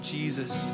Jesus